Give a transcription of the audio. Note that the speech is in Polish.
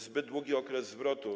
Zbyt długi okres zwrotu.